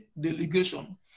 delegation